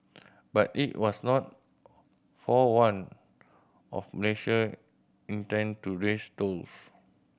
but it was not forewarned of Malaysia intent to raise tolls